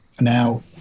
Now